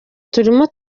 turimo